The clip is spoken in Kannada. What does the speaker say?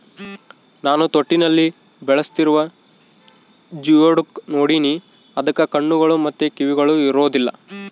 ನಾನು ತೊಟ್ಟಿಯಲ್ಲಿ ಬೆಳೆಸ್ತಿರುವ ಜಿಯೋಡುಕ್ ನೋಡಿನಿ, ಅದಕ್ಕ ಕಣ್ಣುಗಳು ಮತ್ತೆ ಕಿವಿಗಳು ಇರೊದಿಲ್ಲ